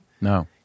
No